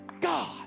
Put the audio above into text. God